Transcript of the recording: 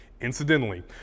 Incidentally